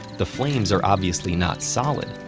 the flames are obviously not solid,